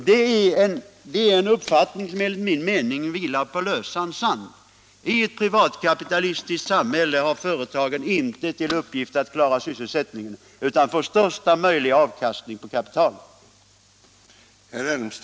Det är en uppfattning som enligt min mening vilar på lösan sand. I ett privatkapitalistiskt samhälle har företagen inte till uppgift att klara sysselsättningen utan att få största möjliga avkastning på kapitalet.